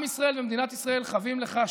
עם ישראל ומדינת ישראל חבים לך,